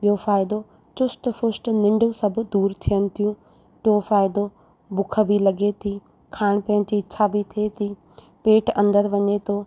ॿियों फ़ाइदो चुस्त फुश्त निंड सभु दूरि थियनि थियूं टियों फ़ाइदो बुख बि लॻे थी खाइण पीअण जी इछा बि थिए थी पेट अंदरु वञे थो